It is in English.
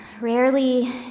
Rarely